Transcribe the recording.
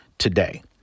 today